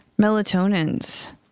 Melatonins